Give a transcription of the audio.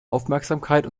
aufmerksamkeit